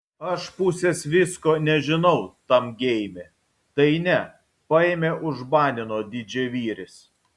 aš pusės visko nežinau tam geime tai ne paėmė užbanino didžiavyris